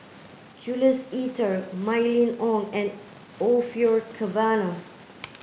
Jules Itier Mylene Ong and Orfeur Cavenagh